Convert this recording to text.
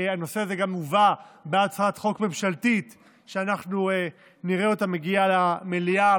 הנושא הזה הובא גם בהצעת חוק ממשלתית שאנחנו נראה אותה מגיעה למליאה,